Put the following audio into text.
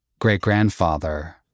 great-grandfather